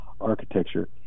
architecture